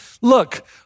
look